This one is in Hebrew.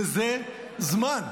וזה זמן.